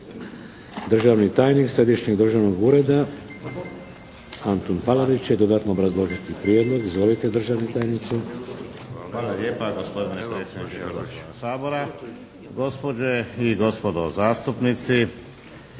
Državni tajnik Središnjeg državnog ureda Antun Palarić će dodatno obrazložiti prijedlog. Izvolite državni tajniče. **Palarić, Antun** Hvala lijepa gospodine predsjedniče Hrvatskoga sabora. Gospođe i gospodo zastupnici,